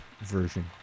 version